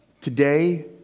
today